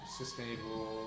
sustainable